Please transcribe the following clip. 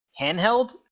handheld